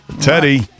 Teddy